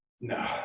No